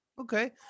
Okay